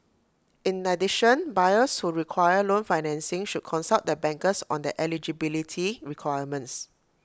in addition buyers who require loan financing should consult their bankers on their eligibility requirements